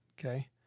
Okay